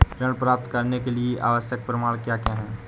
ऋण प्राप्त करने के लिए आवश्यक प्रमाण क्या क्या हैं?